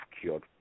cured